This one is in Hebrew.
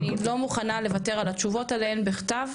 אני לא מוכנה לוותר על התשובות עליהן בכתב,